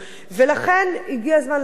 הגיע הזמן להפסיק את הניצול הזה,